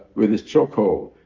with his choke hold.